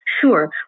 Sure